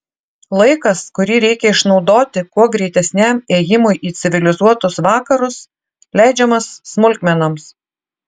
laikas kurį reikia išnaudoti kuo greitesniam ėjimui į civilizuotus vakarus leidžiamas smulkmenoms